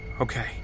Okay